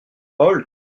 paul